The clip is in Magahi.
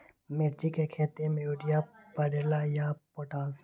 मिर्ची के खेती में यूरिया परेला या पोटाश?